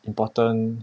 important